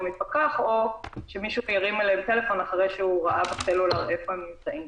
מפקח או שמישהו ירים אליהם טלפון אחרי שהוא ראה בסלולאר איפה הם נמצאים?